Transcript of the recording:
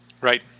right